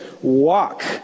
walk